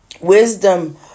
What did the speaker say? Wisdom